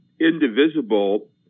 Indivisible